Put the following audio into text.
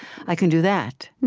i can do that.